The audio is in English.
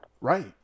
Right